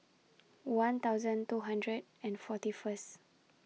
one thousand two hundred and forty First